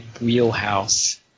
wheelhouse